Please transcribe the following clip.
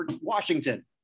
washington